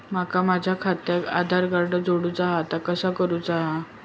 माका माझा खात्याक आधार कार्ड जोडूचा हा ता कसा करुचा हा?